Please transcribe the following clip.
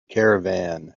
caravan